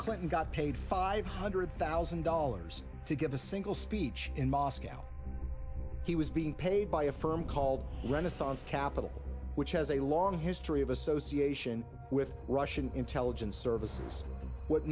clinton got paid five hundred thousand dollars to give a single speech in moscow he was being paid by a firm called renaissance capital which has a long history of association with russian intelligence services what